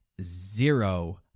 zero